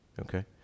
okay